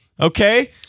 okay